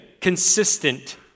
consistent